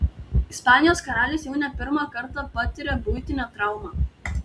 ispanijos karalius jau ne pirmą kartą patiria buitinę traumą